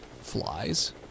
flies